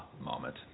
moment